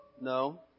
No